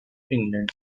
england